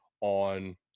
on